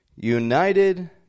United